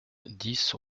dix